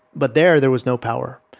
but there there was no power,